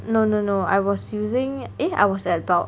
no no no I was using eh I was at about